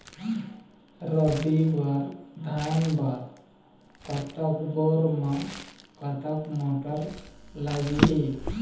रबी बर धान बर कतक बोर म कतक मोटर लागिही?